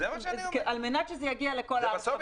על מנת שזה יגיע לכל הארץ.